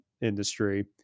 industry